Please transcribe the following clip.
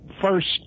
first